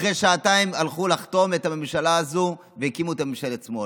אחרי שעתיים הלכו לחתום את הממשלה הזו והקימו ממשלת שמאל,